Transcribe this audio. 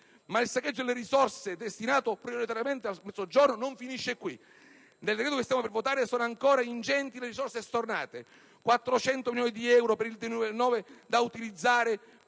Ma il saccheggio delle risorse destinate prioritariamente al Mezzogiorno non finisce qui. Nel decreto-legge che stiamo per votare sono ancora ingenti le risorse stornate: 400 milioni di euro per il 2009, da utilizzare